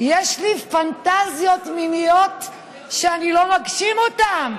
יש לי פנטזיות מיניות שאני לא מגשים אותן,